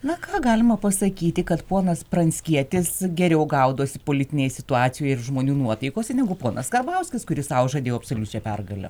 na ką galima pasakyti kad ponas pranckietis geriau gaudosi politinėj situacijoj ir žmonių nuotaikose negu ponas karbauskis kuris sau žadėjo absoliučią pergalę